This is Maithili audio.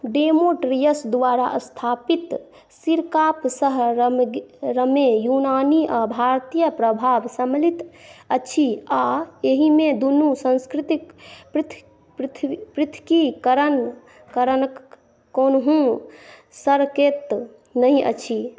डेमोट्रियस द्वारा स्थापित सिरकाप शहरमे यूनानी आ भारतीय प्रभाव सम्मलित अछि आ एहिमे दुनू संस्कृतिके पृथकीकरणके कोनो सङ्केत नहि अछि